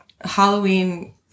Halloween